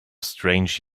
strange